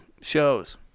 shows